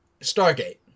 Stargate